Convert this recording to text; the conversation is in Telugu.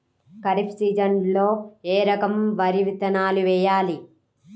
ఖరీఫ్ సీజన్లో ఏ రకం వరి విత్తనాలు వేయాలి?